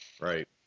right